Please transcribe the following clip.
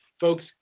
folks